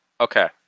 Okay